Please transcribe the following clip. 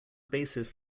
basis